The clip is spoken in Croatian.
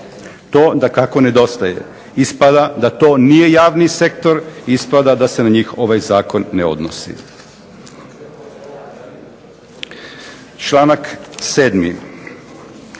To dakako nedostaje. Ispada da to nije javni sektor, ispada da se ovaj zakon na njih